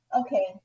okay